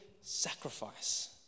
sacrifice